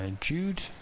Jude